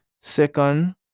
second